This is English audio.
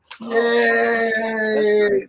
Yay